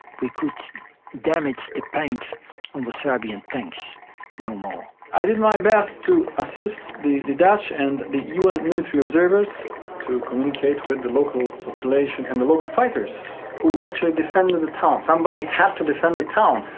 we could damage the paint on the serbian tanks no more. i did my best to assist the the dutch and the un military observers to communicate with the local population and the local fighters, who actually defended the the town. somebody had to defend the town,